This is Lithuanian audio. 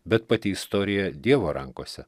bet pati istorija dievo rankose